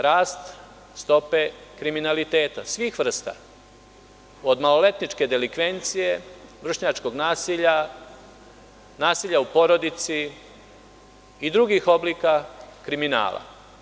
Rast stope kriminaliteta svih vrsta, od maloletničke delikvencije, vršnjačkog nasilja, nasilja u porodici i drugih oblika kriminala.